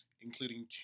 including